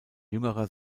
jüngerer